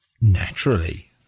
Naturally